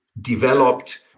developed